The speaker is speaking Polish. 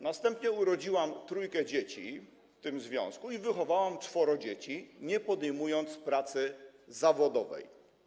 Następnie urodziłam trójkę dzieci w tym związku i wychowałam czworo dzieci, nie podejmując pracy zawodowej.